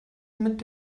mit